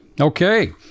Okay